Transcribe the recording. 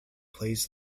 plays